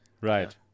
Right